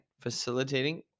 Facilitating